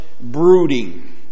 brooding